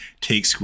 take